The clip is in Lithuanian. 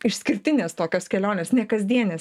išskirtinės tokios keliones ne kasdienės